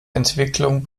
entwicklung